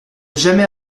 jamais